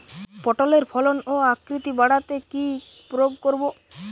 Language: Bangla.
পটলের ফলন ও আকৃতি বাড়াতে কি প্রয়োগ করব?